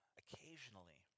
occasionally